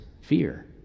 fear